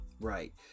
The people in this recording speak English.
Right